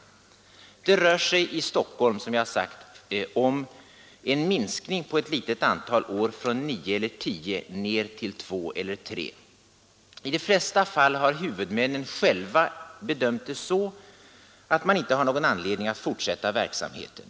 Som jag sagt rör det sig i Stockholm om en minskning på ett litet antal år från 9 eller 10 ned till två eller tre skolor. I de flesta fall har huvudmännen själva bedömt det så att man inte har någon anledning att fortsätta verksamheten.